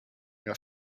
your